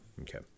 Okay